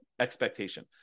expectation